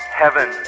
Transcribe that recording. heaven